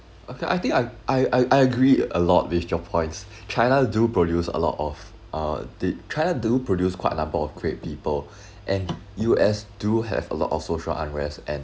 okay I think I I I agree a lot with your points china do produce a lot of uh did china do produce quite number of great people and U_S do have a lot of social unrest and